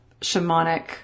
shamanic